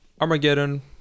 Armageddon